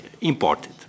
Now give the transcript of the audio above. imported